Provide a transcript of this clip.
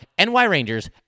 nyrangers